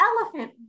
elephant